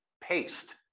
paste